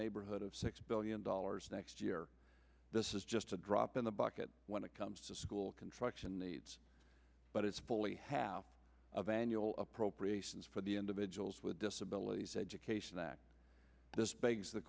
neighborhood of six billion dollars next year this is just a drop in the bucket when it comes to school construction needs but it's only half of annual appropriations for the individuals with disabilities education act this